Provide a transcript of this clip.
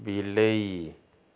ବିଲେଇ